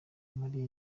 muri